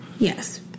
Yes